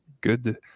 good